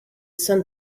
san